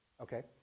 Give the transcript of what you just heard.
Okay